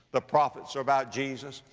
the prophets are about jesus.